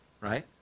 right